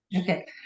Okay